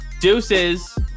Deuces